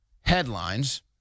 headlines